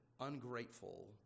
ungrateful